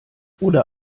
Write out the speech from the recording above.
oder